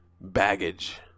baggage